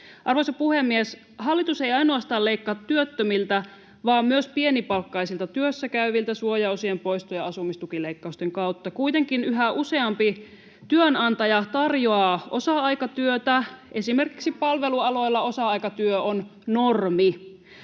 Arvoisa puhemies! Hallitus ei ainoastaan leikkaa työttömiltä vaan myös pienipalkkaisilta työssäkäyviltä suojaosien poiston ja asumistukileikkausten kautta. Kuitenkin yhä useampi työnantaja tarjoaa osa-aikatyötä. Esimerkiksi palvelualoilla osa-aikatyö on normi.